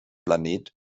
planet